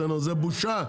זה בושה.